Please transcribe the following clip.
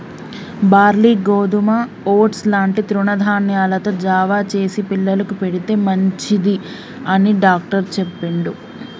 barley గోధుమ oats లాంటి తృణ ధాన్యాలతో జావ చేసి పిల్లలకు పెడితే మంచిది అని డాక్టర్ చెప్పిండు